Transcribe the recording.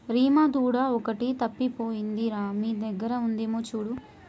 రీమా దూడ ఒకటి తప్పిపోయింది రా మీ దగ్గర ఉందేమో చూడు